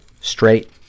straight